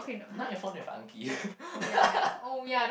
not your phone with